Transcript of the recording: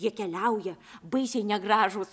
jie keliauja baisiai negražūs